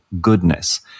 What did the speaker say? goodness